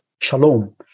shalom